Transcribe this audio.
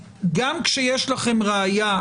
גם כשיש לכם ראיה,